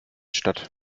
statt